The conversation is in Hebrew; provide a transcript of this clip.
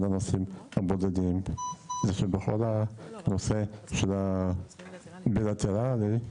זה שבכל הנושא של הבילטרלי,